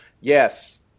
yes